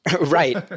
Right